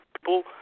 people